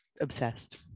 obsessed